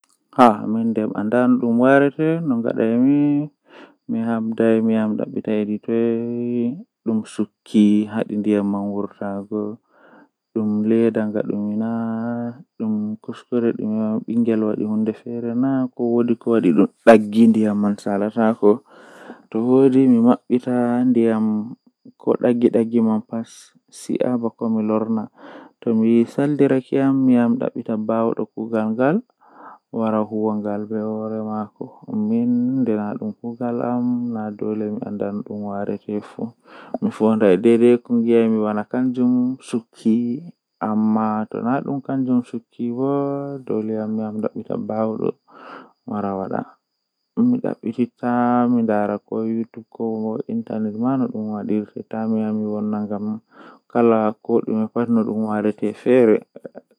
Eh wakkati feere midon jilla gimiiji feere feere mi nana nadum gimol gotel tan ba.